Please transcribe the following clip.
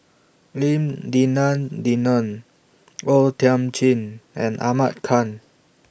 Lim Denan Denon O Thiam Chin and Ahmad Khan